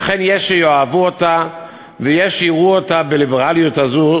אכן יש שיאהבו אותה, ויש שיראו בליברליות הזאת